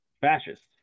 fascists